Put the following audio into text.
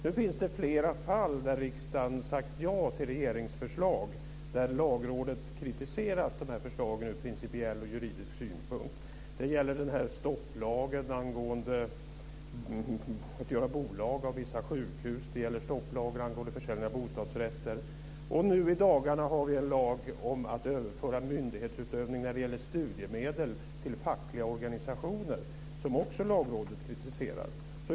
Nu finns det flera fall där riksdagen har sagt ja till regeringsförslag där Lagrådet kritiserat de här förslagen ur principiell och juridisk synpunkt. Det gäller den här stopplagen angående att göra bolag av vissa sjukhus och stopplagen angående försäljning av bostadsrätter. Nu i dagarna har vi en lag om att överföra myndighetsutövning när det gäller studiemedel till fackliga organisationer. Den har Lagrådet också kritiserat.